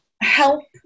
help